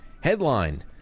Headline